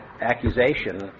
accusation